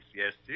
yes